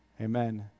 amen